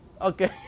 Okay